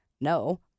no